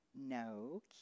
No